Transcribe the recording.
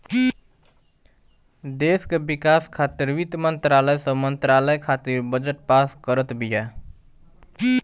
देस के विकास खातिर वित्त मंत्रालय सब मंत्रालय खातिर बजट पास करत बिया